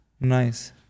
Nice